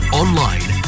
online